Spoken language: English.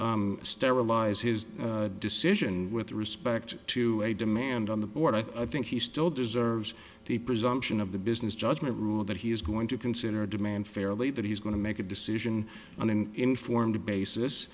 to sterilise his decision with respect to a demand on the board i think he still deserves the presumption of the business judgment rule that he is going to consider a demand fairly that he's going to make a decision on an informed basis